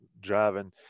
driving